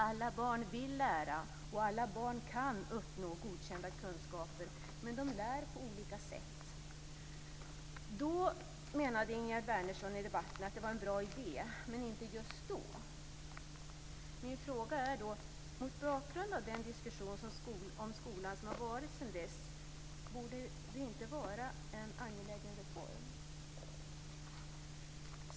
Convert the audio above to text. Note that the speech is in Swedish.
Alla barn vill lära och alla barn kan uppnå godkända kunskaper, men de lär på olika sätt. Då menade Ingegerd Wärnersson i debatten att det var en bra idé, men inte just då. Min fråga är då: Mot bakgrund av den diskussion om skolan som varit sedan dess, borde det inte vara en angelägen reform?